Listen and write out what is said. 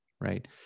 right